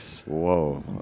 whoa